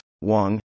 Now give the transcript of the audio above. Wang